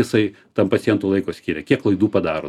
jisai tam pacientui laiko skiria kiek klaidų padaro